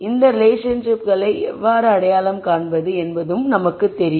இந்த ரிலேஷன்ஷிப்களை எவ்வாறு அடையாளம் காண்பது என்பதும் நமக்குத் தெரியும்